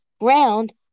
ground